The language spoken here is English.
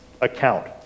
account